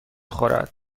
خورد